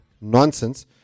nonsense